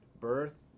birth